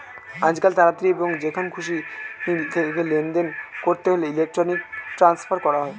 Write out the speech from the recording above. আজকাল তাড়াতাড়ি এবং যেখান থেকে খুশি লেনদেন করতে হলে ইলেক্ট্রনিক ট্রান্সফার করা হয়